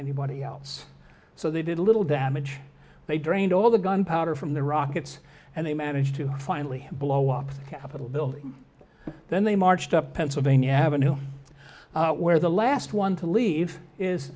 anybody else so they did a little damage they drained all the gunpowder from the rockets and they managed to finally blow up the capitol building then they marched up pennsylvania avenue where the last one to leave is